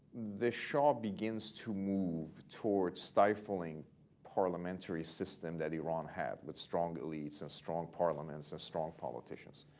the shah begins to move toward stifling parliamentary system that iran had, with strong elites and strong parliaments and strong politicians,